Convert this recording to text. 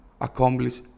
accomplish